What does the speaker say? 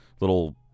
little